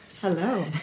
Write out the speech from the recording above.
Hello